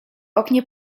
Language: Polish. oknie